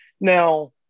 Now